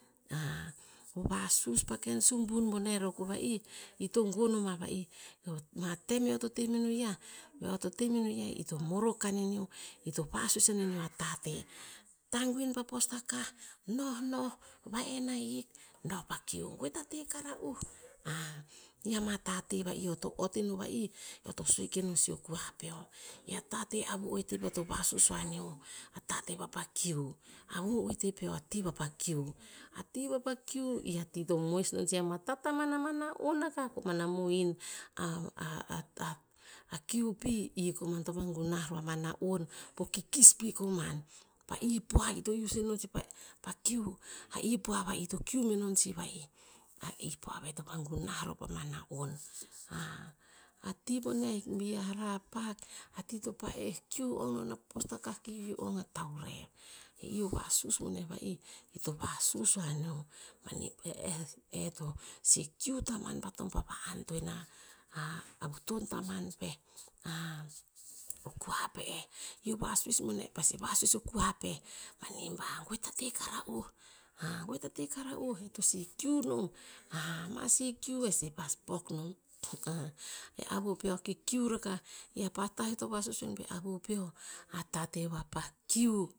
o ken vasus pa ken sun boneh roh ko va'ih, ito gon oma va'ih. ama tem eoto teme no iah, ioto teme no iah, ito morok kane neo, ito vasuis aneneo atate. Tanguin pa postakah nonoh, va en ahik no pa kiu, goe tate kara uh. ia ama tate va'ih eoto ot ino va'ih. Eoto sue keno sih o kua peo, ia tate e avu oete peo to vasuis o anio, atate vapa kiu. Avu oete peo ati vapa kiu, ati vapa kiu, ia ti moes non sih ama tataman ama na'on akah koman muhin. a kiu pi, i koman to vagunah roh ama na'on po kikis pi koman. Pa ipoa ito usin non sipa pa kiu. A ipoa va'ih ito kiu menon sih va'ih. A ipioa ve ito vagunah roh pama na'on. a ti boneh ahik bi hara pak, ati to pa'eh kiu ong non a postakah ki ong a tavurev. I o vasuis boneh va ih to vasus oh aneo. e eh to si kiu tamoan bat nom pava antoen tamoan bat nom a vuton tamoan peh, o kua pe eh. I o vasus boneh epasi vasus o koa peh, manih bah goe tate kara'uh goe tate kara'uh, e tosi kiu nom, masi kiu esimas pok nom. E avu peo a kikiu rakah, i apah tah eoto vasus oin pe avu opeo, atate vapa kiu.